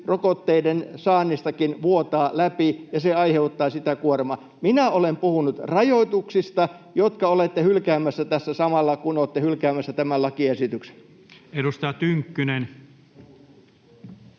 rokotteistakin vuotaa läpi ja se aiheuttaa sitä kuormaa. Minä olen puhunut rajoituksista, jotka olette hylkäämässä tässä samalla, kun olette hylkäämässä tämän lakiesityksen. [Speech